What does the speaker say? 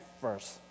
first